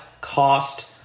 cost